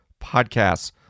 podcasts